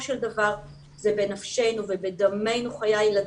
של דבר זה בנפשנו ובדמנו חיי הילדים.